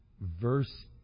verse